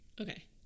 Okay